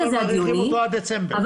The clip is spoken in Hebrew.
מאריכים עד דצמבר.